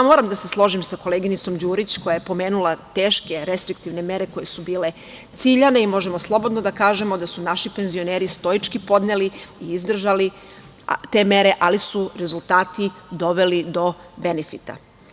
Moram da se složim sa koleginicom Đurić, koja je pomenula teške restriktivne mere, koje su bile ciljane i onda možemo slobodno da kažemo da su naši penzioneri stoički podneli i izdržali te mere, ali su rezultati doveli do benefita.